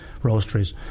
roasteries